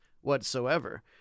whatsoever